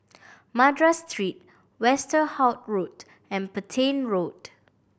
Madras Street Westerhout Road and Petain Road